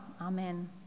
amen